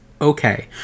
Okay